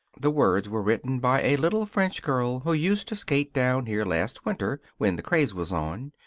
the words were written by a little french girl who used to skate down here last winter, when the craze was on.